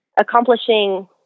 accomplishing